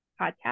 podcast